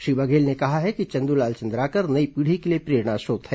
श्री बघेल ने कहा है कि चंद्रलाल चंद्राकर नई पीढ़ी के लिए प्रेरणास्रोत है